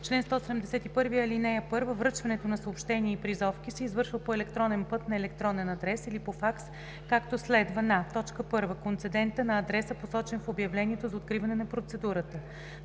„Чл. 171. (1) Връчването на съобщения и призовки се извършва по електронен път на електронен адрес или по факс, както следва, на: 1. концедента – на адреса, посочен в обявлението за откриване на процедурата;